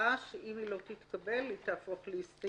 הצעה אם היא לא תתקבל, היא תהפוך להסתייגות.